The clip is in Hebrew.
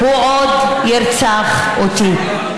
הוא עוד ירצח אותי,